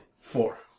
Four